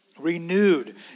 renewed